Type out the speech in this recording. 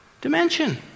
dimension